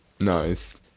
Nice